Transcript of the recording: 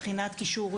מבחינת כישורים,